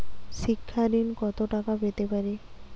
শিক্ষা ঋণ কত টাকা পেতে পারি?